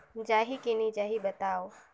जाही की नइ जाही बताव?